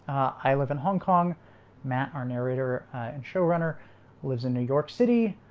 i live in hong kong matt our narrator and showrunner lives in new york city,